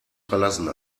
verlassen